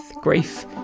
grief